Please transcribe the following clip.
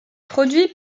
produit